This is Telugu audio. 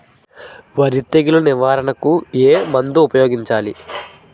వరి తెగుల నివారణకు ఏ పురుగు మందు ను ఊపాయోగించలి?